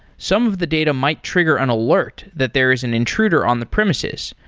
some of the data might trigger an alert that there is an intruder on the premises,